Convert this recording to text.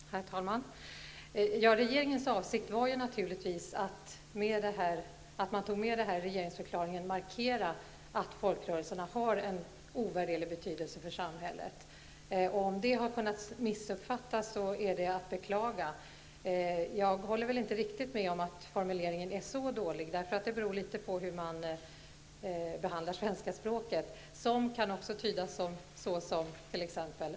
Herr talman! Regeringens avsikt med att ta med detta i regeringsförklaringen var naturligtvis att markera att folkrörelserna har en ovärderlig betydelse för samhället. Om det har kunnat missuppfattas är detta att beklaga. Jag håller inte riktigt med om att formuleringen är så dålig. Det beror på hur man behandlar svenska språket. ''Som'' kan också tydas såsom ''t.ex.